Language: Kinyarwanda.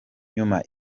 nyuma